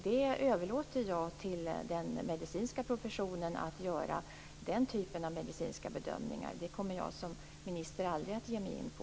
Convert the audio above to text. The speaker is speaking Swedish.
Den typen av medicinska bedömningar överlåter jag åt den medicinska professionen att göra. Det kommer jag som minister aldrig att ge mig in på.